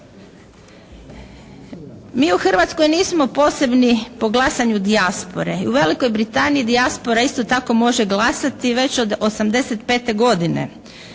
Mi u Hrvatskoj nismo posebni po glasanju dijaspore. U Velikoj Britaniji dijaspora isto tako može glasati već od 85. godine,